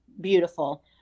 beautiful